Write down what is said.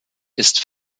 ist